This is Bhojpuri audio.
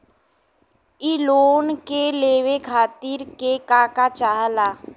इ लोन के लेवे खातीर के का का चाहा ला?